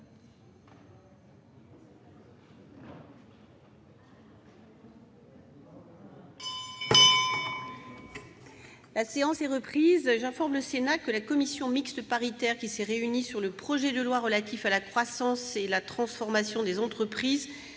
La séance est reprise. J'informe le Sénat que la commission mixte paritaire sur le projet de loi relatif à la croissance et la transformation des entreprises